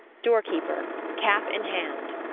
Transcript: door-keeper cap in hand.